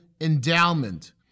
endowment